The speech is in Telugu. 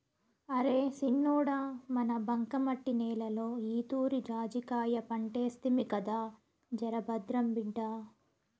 అరే సిన్నోడా మన బంకమట్టి నేలలో ఈతూరి జాజికాయ పంటేస్తిమి కదా జరభద్రం బిడ్డా